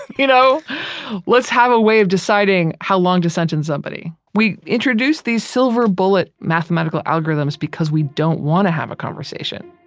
you know let's have a way of deciding how long to sentence somebody. we introduced these silver bullet mathematical algorithms because we don't want to have a conversation